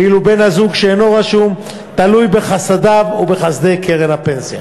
ואילו בן-הזוג שאינו רשום תלוי בחסדיו ובחסדי קרן הפנסיה.